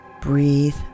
breathe